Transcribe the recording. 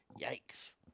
Yikes